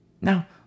Now